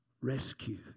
rescue